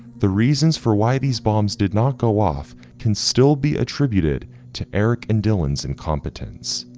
the reasons for why these bombs did not go off can still be attributed to erick and dylan's incompetence.